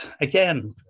again